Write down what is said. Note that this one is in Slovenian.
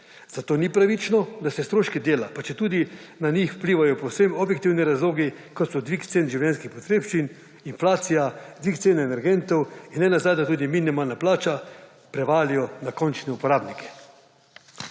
Zato ni pravično, da se stroški dela, pa četudi na njih vplivajo povsem objektivni razlogi kot so dvig cen življenjskih potrebščin, inflacija, dvig cen energentov in nenazadnje tudi minimalna plača prevalijo na končne uporabnike.